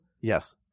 yes